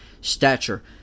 stature